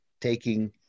taking